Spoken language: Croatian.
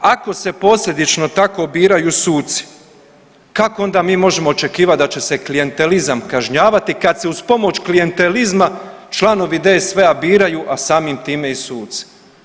Ako se posljedično tako biraju suci, kako onda mi možemo očekivati da će se klijentelizam kažnjavati, kad se uz pomoć klijentelizma članovi DSV-a biraju, a samim time i suci.